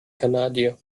kanadier